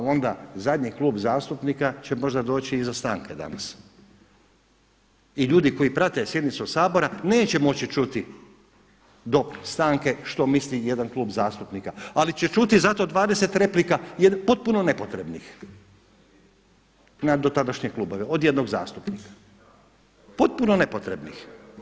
A onda zadnji klub zastupnika će možda doći iza stanke danas i ljudi koji prate sjednicu Sabora neće moći čuti do stanke što misli jedan klub zastupnika, ali će čuti zato 20 replika potpuno nepotrebnih na dotadašnje klubove od jednog zastupnika, potpuno nepotrebnih.